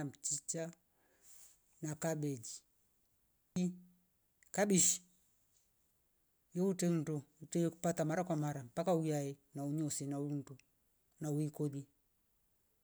Mchicha na kabeji, ji kabish ni utendo ute pata mara kwa mara mpaka uyaye na umu sina hundu na wikoli